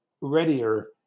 readier